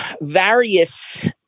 various